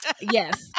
yes